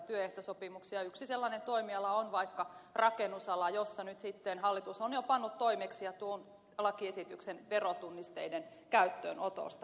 yksi sellainen toimiala on vaikka rakennusala jossa nyt sitten hallitus on jo pannut toimeksi ja tuonut lakiesityksen verotunnisteiden käyttöönotosta